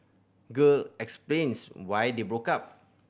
girl explains why they broke up